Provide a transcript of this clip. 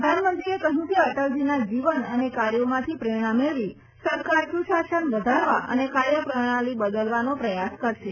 પ્રધાનમંત્રીએ કહ્યું કે અટલજીના જીવન અને કાર્યોમાંથી પ્રેરણા મેળવી સરકાર સુશાસન વધારવા અને કાર્યપ્રણાલી બદલવાનો પ્રયાસ કરશે